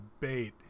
debate